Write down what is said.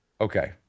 Okay